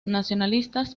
nacionalistas